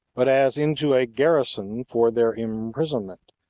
but as into a garrison for their imprisonment,